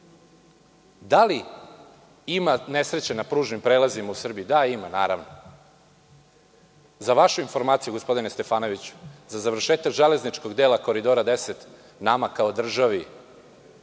Da li ima nesreće na pružnim prelazima u Srbiji? Da, ima, naravno. Za vašu informaciju gospodine Stefanoviću, za završetak železničkog dela Koridora 10 nama kao državi,